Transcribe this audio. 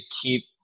keep